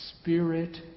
spirit